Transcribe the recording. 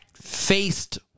faced